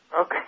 Okay